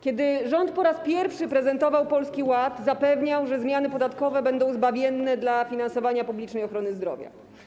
Kiedy rząd po raz pierwszy prezentował Polski Ład, zapewniał, że zmiany podatkowe będą zbawienne dla finansowania publicznej ochrony zdrowia.